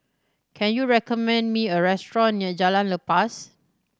can you recommend me a restaurant near Jalan Lepas